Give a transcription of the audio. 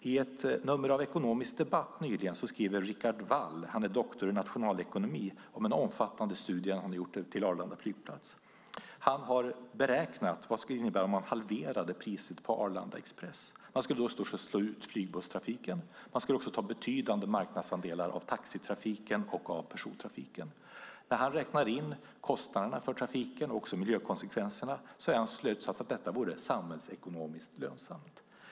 I ett nummer av Ekonomisk Debatt nyligen skriver Rickard Wall, doktor i nationalekonomi, om en omfattande studie han gjort för Arlanda flygplats. Han har beräknat vad det skulle innebära om man halverade priset på Arlanda Express. Man skulle förstås slå ut flygbusstrafiken. Man skulle också ta betydande marknadsandelar av taxitrafiken och av persontrafiken. När han räknar in kostnaderna för trafiken, även miljökonsekvenserna, är hans slutsats att detta vore samhällsekonomiskt lönsamt.